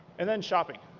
and then, shopping.